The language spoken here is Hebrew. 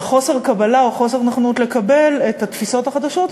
וחוסר קבלה או חוסר נכונות לקבל את התפיסות החדשות,